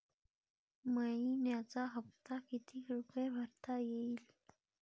मइन्याचा हप्ता कितीक रुपये भरता येईल?